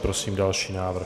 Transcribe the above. Prosím další návrh.